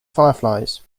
fireflies